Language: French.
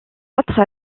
autre